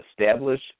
establish